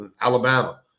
Alabama